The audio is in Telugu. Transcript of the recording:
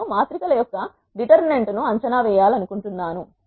నేను మాత్రిక ల యొక్క డిటర్మినెంట్ ను అంచనా వేయాలనుకుంటున్నాను